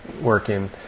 working